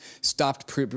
stopped